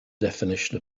definition